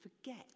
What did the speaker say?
forget